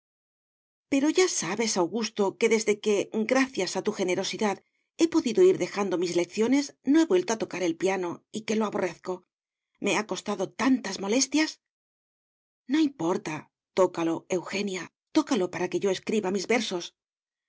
pero ya sabes augusto que desde que gracias a tu generosidad he podido ir dejando mis lecciones no he vuelto a tocar el piano y que lo aborrezco me ha costado tantas molestias no importa tócalo eugenia tócalo para que yo escriba mis versos